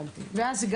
אז,